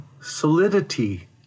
solidity